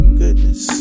goodness